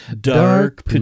Dark